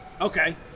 Okay